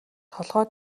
толгой